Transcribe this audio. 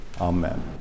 Amen